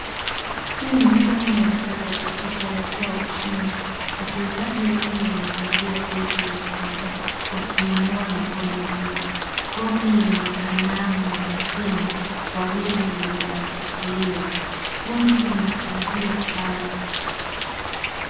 Hii ni timu ya raga ikisherehekea ushindi, wachezaji wengi wamevalia jezi nyekundu, wakiinua mikono juu. Kombe lenye sanamu za tembo wawili linashikiliwa, kundi linafurahia sana.